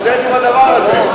תתמודד עם הדבר הזה.